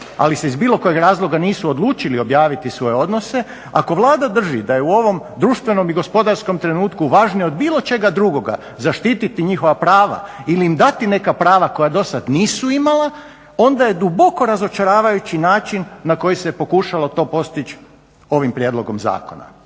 ali se iz bilo kojeg razloga nisu odlučili objaviti svoje odnose, ako Vlada drži da je u ovom društvenom i gospodarskom trenutku važnije od bilo čega drugoga zaštiti njihova prava ili im dati neka prava koja dosad nisu imala onda je duboko razočaravajući način na koji se pokušalo to postići ovim prijedlogom zakona.